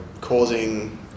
causing